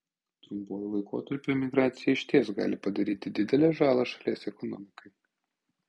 trumpuoju laikotarpiu emigracija išties gali padaryti didelę žalą šalies ekonomikai